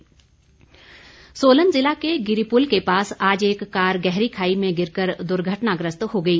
दुर्घटना सोलन जिला के गिरीपुल के पास आज एक कार गहरी खाई में गिर कर दुर्घटनाग्रस्त हो गई